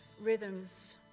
rhythms